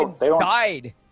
died